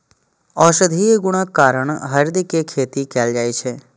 औषधीय गुणक कारण हरदि के खेती कैल जाइ छै